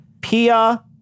Pia